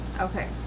Okay